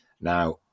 Now